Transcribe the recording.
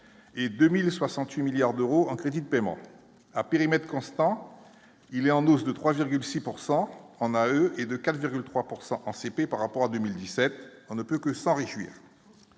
et 2000 68 milliards d'euros en crédit de paiement à périmètre constant, il est en hausse de 3,6 pourcent en AE et de 4,3 pourcent en CP par rapport à 2017 on ne peut que s'en réjouir,